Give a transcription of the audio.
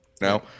Now